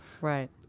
Right